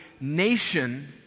nation